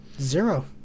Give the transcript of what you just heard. Zero